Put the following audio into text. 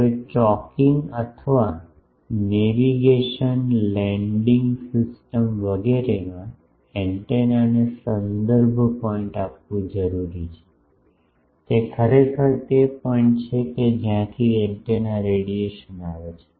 હવે ચોકિંગ અથવા navigation landing system વગેરેમાં એન્ટેનાને સંદર્ભ પોઇન્ટ આપવું જરૂરી છે તે ખરેખર તે પોઇન્ટ કે જ્યાંથી એન્ટેના રેડિયેશન આવે છે